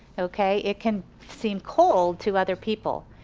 okay, it can seem cold to other people.